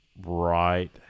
right